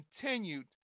continued